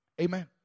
Amen